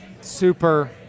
Super